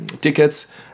tickets